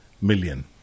million